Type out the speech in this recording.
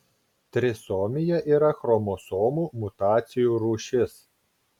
trisomija yra chromosomų mutacijų rūšis